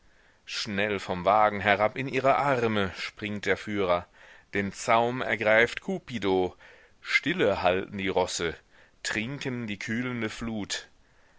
schnell vom wagen herab in ihre arme springt der führer den zaum ergreift kupido stille halten die rosse trinken die kühlende flut